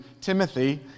Timothy